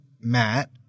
Matt